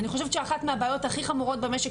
אני חושבת שאחת הבעיות הכי חמורות במשק